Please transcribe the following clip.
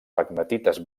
pegmatites